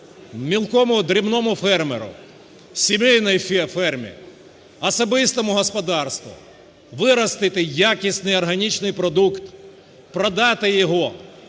мілкому, дрібному фермеру, сімейній фермі, особистому господарству виростити якісний органічний продукт, продати його